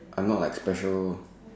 I'm not like special